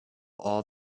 all